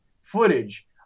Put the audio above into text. footage